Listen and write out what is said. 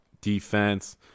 defense